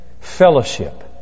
fellowship